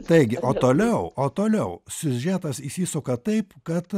taigi o toliau o toliau siužetas įsisuka taip kad